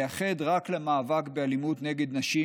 יום אחד בשנה רק למאבק באלימות נגד נשים.